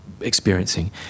experiencing